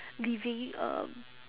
living um